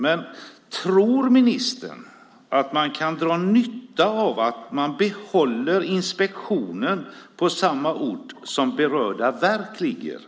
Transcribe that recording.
Men tror ministern att man kan dra nytta av att man behåller inspektionen på samma ort som berörda verk finns?